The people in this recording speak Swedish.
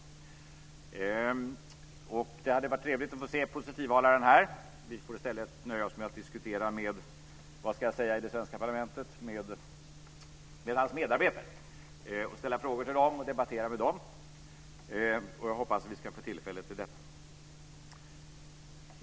Det hade varit trevligt att få se positivhalaren här. Vi får i stället nöja oss med att diskutera med - vad ska jag säga i det svenska parlamentet? - hans medarbetare och ställa frågor till dem. Jag hoppas att vi ska få tillfälle till detta.